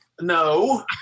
No